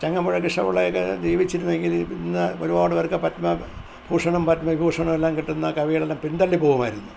ചങ്ങമ്പുഴ കൃഷ്ണപിള്ളയൊക്കെ ജീവിച്ചിരുന്നെങ്കിൽ ഇന്ന് ഒരുപാട് പേർക്ക് പത്മഭൂഷണം പത്മവിഭൂഷണം എല്ലാം കിട്ടുന്ന കവികളെല്ലാം പിൻതള്ളി പോകുമായിരുന്നു